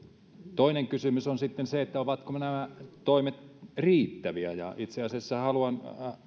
toinen kysymys on sitten se että ovatko nämä toimet riittäviä ja itse asiassa haluan